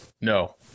No